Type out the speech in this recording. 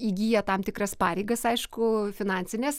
įgyja tam tikras pareigas aišku finansines